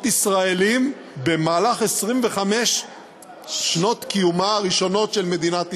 ישראליים במהלך 25 שנות קיומה הראשונות של מדינת ישראל.